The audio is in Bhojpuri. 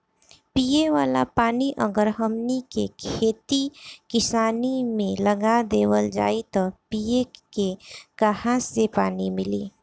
पिए वाला पानी अगर हमनी के खेती किसानी मे लगा देवल जाई त पिए के काहा से पानी मीली